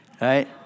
right